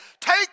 Take